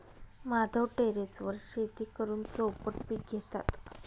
माधव टेरेसवर शेती करून चौपट पीक घेतात